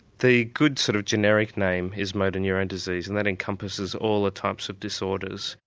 the good sort of generic name is motor neurone disease and that encompasses all the types of disorders.